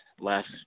Last